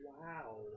Wow